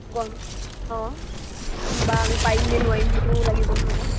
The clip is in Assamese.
গম অঁ বা আমি পাৰিম নে নোৱাৰিম সেইটো লাগিব নহয় আকৌ